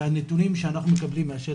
שהנתונים שאנחנו מקבלים מהשטח,